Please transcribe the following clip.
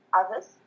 others